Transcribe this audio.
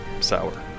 sour